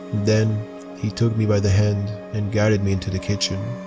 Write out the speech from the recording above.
then he took me by the hand and guided me into the kitchen.